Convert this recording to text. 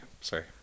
sorry